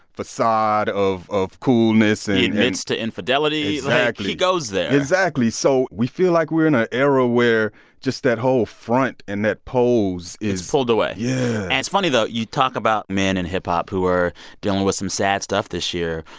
facade of of coolness. he admits to infidelity exactly he goes there exactly. so we feel like we're in an era where just that whole front and that pose is. pulled away yeah and it's funny, though you talk about men in hip-hop who are dealing with some sad stuff this year.